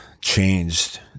changed